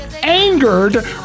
angered